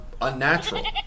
unnatural